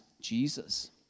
Jesus